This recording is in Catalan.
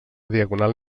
diagonal